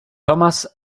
thomas